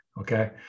okay